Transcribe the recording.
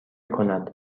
کند